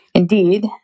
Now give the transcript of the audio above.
Indeed